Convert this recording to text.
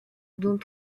dont